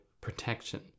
protection